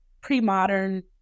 pre-modern